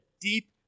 deep